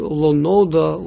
lo'noda